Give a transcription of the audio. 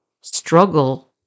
struggle